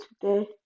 today